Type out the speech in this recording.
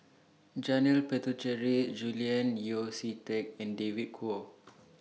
Janil Puthucheary Julian Yeo See Teck and David Kwo